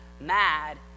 mad